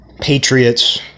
patriots